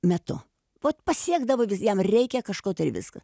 metu vat pasiekdavo vis jam reikia kažko tai ir viskas